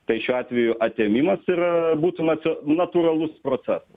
tai šiuo atveju atėmimas ir būtų nacio natūralus procesas